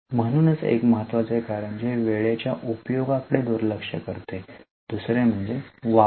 म्हणूनच एक महत्त्वाचे कारण जे वेळेच्या उपयोगाकडे दुर्लक्ष करते दुसरे म्हणजे वापर